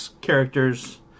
characters